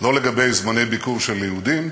לא לגבי זמני ביקור של יהודים,